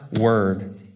word